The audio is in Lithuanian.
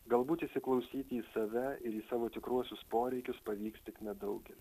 galbūt įsiklausyti į save ir į savo tikruosius poreikius pavyks tik nedaugeliui